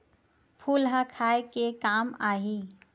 फूल ह खाये के काम आही?